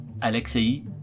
Alexei